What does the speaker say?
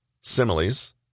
similes